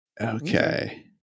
Okay